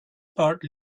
part